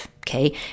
Okay